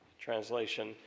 translation